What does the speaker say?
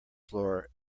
floor